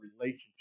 relationship